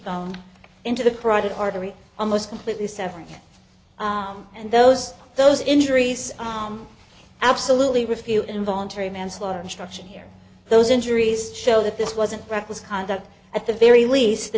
bone into the carotid artery almost completely severed and those those injuries are absolutely refute involuntary manslaughter instruction here those injuries show that this wasn't reckless conduct at the very least the